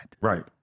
Right